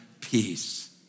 peace